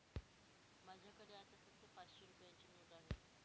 माझ्याकडे आता फक्त पाचशे रुपयांची नोट आहे